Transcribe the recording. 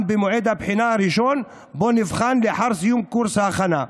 במועד הבחינה הראשון שבו נבחן לאחר סיום קורס ההכנה.